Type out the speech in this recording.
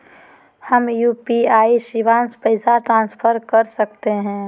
हम यू.पी.आई शिवांश पैसा ट्रांसफर कर सकते हैं?